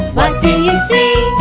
what do you see?